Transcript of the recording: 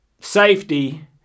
safety